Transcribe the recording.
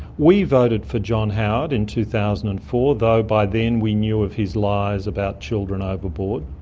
we voted for john howard in two thousand and four though by then we knew of his lies about children overboard.